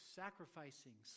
sacrificing